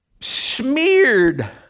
smeared